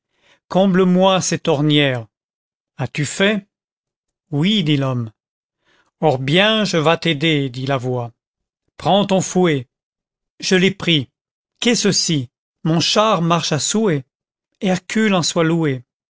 comble-moi cetîe ornière âs tu fait oui dit riiomme or bien je vais t'aidcr dit la voix prends ton fouet je l'ai pris qu'est-ce ci ï mon char marche à souhait hercule en soit loué